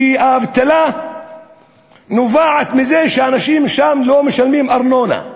אומרים שהאבטלה נובעת מזה שאנשים שם לא משלמים ארנונה.